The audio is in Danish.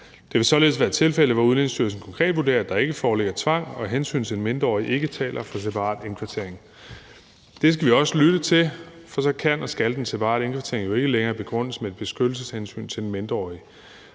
Det vil således være tilfældet, hvor Udlændingestyrelsen konkret vurderer, at der ikke foreligger tvang, og at hensynet til den mindreårige ikke taler for separat indkvartering. Det skal vi også lytte til, for så kan og skal den separate indkvartering jo ikke længere begrundes med et beskyttelseshensyn til den mindreårige.